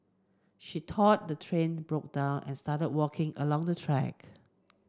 she thought the train broke down and started walking along the track